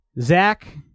Zach